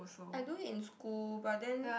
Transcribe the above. I do it in school but then